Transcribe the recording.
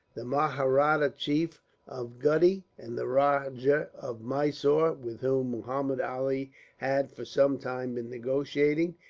the mahratta chief of gutti and the rajah of mysore, with whom muhammud ali had for some time been negotiating,